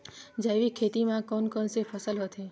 जैविक खेती म कोन कोन से फसल होथे?